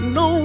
no